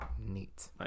Neat